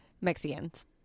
Mexicans